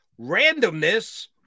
randomness